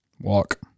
Walk